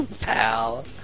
Pal